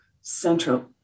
central